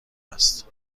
است